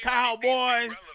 Cowboys